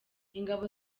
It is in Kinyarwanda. ingabo